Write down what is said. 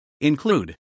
include